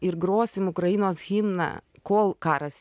ir grosim ukrainos himną kol karas